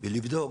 ולבדוק